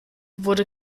wurde